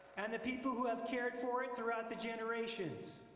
and the people who have cared for it throughout the generations.